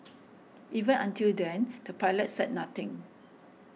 even until then the pilots said nothing